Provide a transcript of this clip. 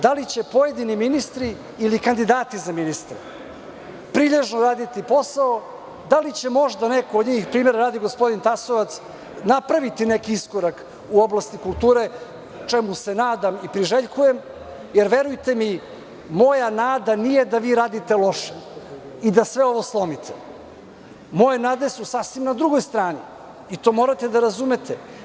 Da li će pojedini ministri ili kandidati za ministre prilježno raditi posao, da li će možda neko od njih, i primera radi, gospodin Tasovac napraviti neki iskorak u oblasti kulture, čemu se nadam i priželjkujem, jer verujte mi moja nada nije da vi radite loše i da sve ovo slomite, moje nade su sasvim na drugoj strani, i to morate da razumete.